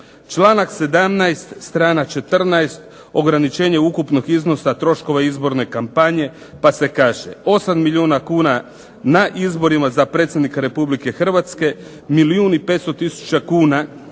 Članak 17. strana 14, ograničenje ukupnog iznosa troškova izborne kampanje pa se kaže 8 milijuna kuna na izborima za predsjednika Republike Hrvatske, milijun